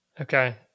Okay